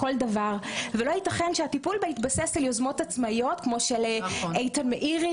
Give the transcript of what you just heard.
ולא ייתכן שהטיפול בה יתבסס על יוזמות עצמאיות כמו של איתן מאירי,